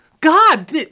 God